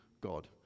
God